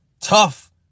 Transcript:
tough